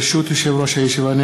ברשות יושב-ראש הישיבה,